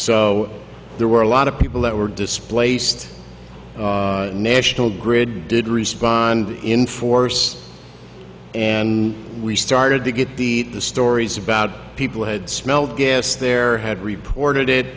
so there were a lot of people that were displaced national grid did respond in force and we started to get the the stories about people who had smelled gas there had reported it